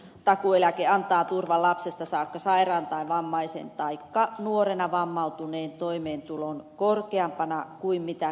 takuueläke antaa lapsesta saakka sairaan tai vammaisen turvan taikka nuorena vammautuneen toimeentulon korkeampana kuin kansaneläke olisi antanut